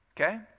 okay